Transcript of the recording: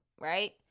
Right